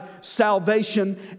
salvation